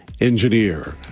engineer